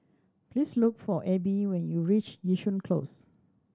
please look for Abbie when you reach Yishun Close